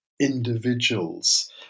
individuals